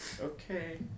okay